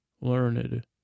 learned